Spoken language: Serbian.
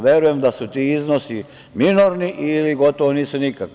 Verujem da su ti iznosi minorni ili gotovo nisu nikakvi.